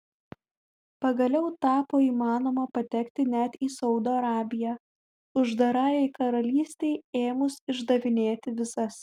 pagaliau tapo įmanoma patekti net į saudo arabiją uždarajai karalystei ėmus išdavinėti vizas